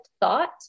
thought